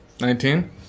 Nineteen